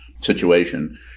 situation